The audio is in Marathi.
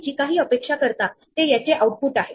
ही माझी अन्वेषण करायच्या पॉईंटची क्यु आहे